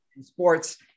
sports